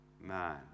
man